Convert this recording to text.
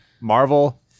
Marvel